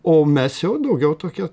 o mes jau daugiau tokie